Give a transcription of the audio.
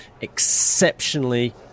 exceptionally